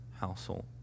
household